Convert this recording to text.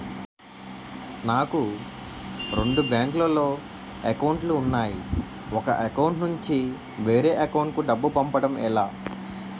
నాకు రెండు బ్యాంక్ లో లో అకౌంట్ లు ఉన్నాయి ఒక అకౌంట్ నుంచి వేరే అకౌంట్ కు డబ్బు పంపడం ఎలా?